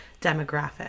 demographic